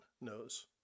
knows